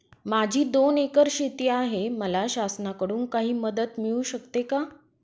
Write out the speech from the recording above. माझी दोन एकर शेती आहे, मला शासनाकडून काही मदत मिळू शकते का?